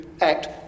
act